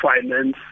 finance